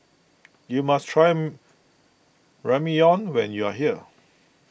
you must try Ramyeon when you are here